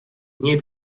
nie